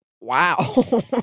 Wow